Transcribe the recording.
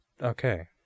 Okay